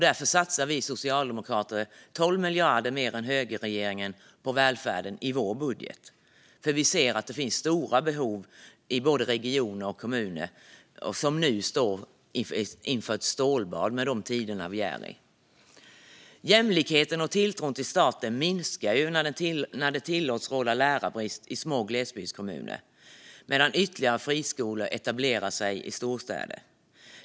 Därför satsar vi socialdemokrater 12 miljarder mer än högerregeringen på välfärden i vår budget, för vi ser att det finns stora behov i regioner och kommuner som nu står inför ett stålbad i tiderna vi är i. Jämlikheten och tilltron till staten minskar när det tillåts råda lärarbrist i små glesbygdskommuner medan ytterligare friskolor etablerar sig i storstäderna.